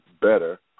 better